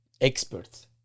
experts